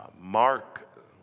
Mark